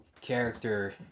character